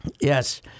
Yes